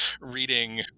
reading